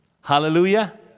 hallelujah